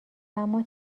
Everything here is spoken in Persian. اما